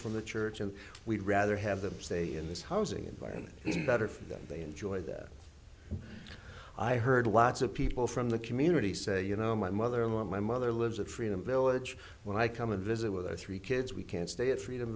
from the church and we'd rather have them stay in this housing environment he's better for them they enjoy that i heard lots of people from the community say you know my mother in law my mother lives at freedom village when i come and visit with three kids we can stay at freedom